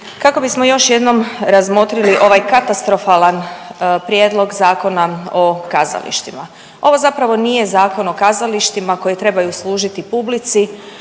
kako bismo još jednom razmotrili ovaj katastrofalan Prijedlog zakona o kazalištima. Ovo zapravo nije Zakon o kazalištima koji trebaju služiti publici,